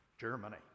Germany